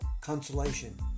Consolation